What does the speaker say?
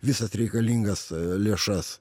visas reikalingas lėšas